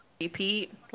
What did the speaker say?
repeat